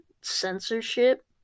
censorship